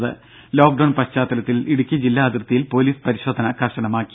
രുഭ ലോക്ഡൌൺ പശ്ചാത്തലത്തിൽ ഇടുക്കി ജില്ലാ അതിർത്തിയിൽ പൊലീസ് പരിശോധന കർശനമാക്കി